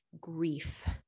grief